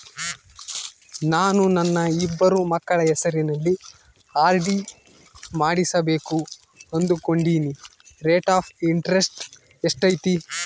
ನಾನು ನನ್ನ ಇಬ್ಬರು ಮಕ್ಕಳ ಹೆಸರಲ್ಲಿ ಆರ್.ಡಿ ಮಾಡಿಸಬೇಕು ಅನುಕೊಂಡಿನಿ ರೇಟ್ ಆಫ್ ಇಂಟರೆಸ್ಟ್ ಎಷ್ಟೈತಿ?